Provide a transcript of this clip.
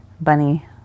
bunny